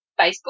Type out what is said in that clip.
Facebook